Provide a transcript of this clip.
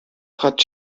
trat